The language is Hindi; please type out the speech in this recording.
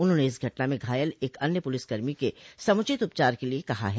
उन्होंने इस घटना में घायल एक अन्य पुलिस कर्मी के समुचित उपचार के लिये कहा है